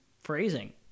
phrasing